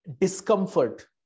discomfort